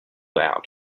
out